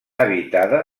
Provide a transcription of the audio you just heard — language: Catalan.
habitada